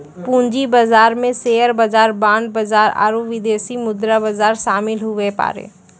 पूंजी बाजार मे शेयर बाजार बांड बाजार आरू विदेशी मुद्रा बाजार शामिल हुवै पारै